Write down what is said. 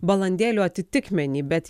balandėlių atitikmenį bet